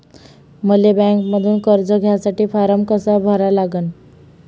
मले बँकेमंधून कर्ज घ्यासाठी फारम कसा भरा लागन?